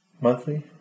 Monthly